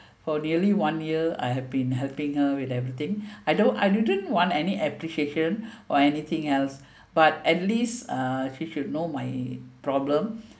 for nearly one year I have been helping her with everything I don't I didn't want any appreciation or anything else but at least uh she should know my problem